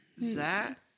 Zach